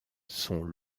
sont